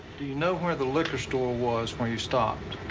you know where the liquor store was when you stopped?